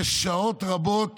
יש שעות רבות